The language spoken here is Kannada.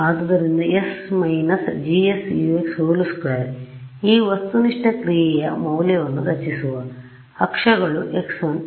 ಆದ್ದರಿಂದ ||s − GS Ux||2 ಈ ವಸ್ತುನಿಷ್ಠ ಕ್ರಿಯೆಯ ಮೌಲ್ಯವನ್ನು ರಚಿಸುವ ಅಕ್ಷಗಳು x1 x2